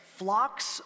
flocks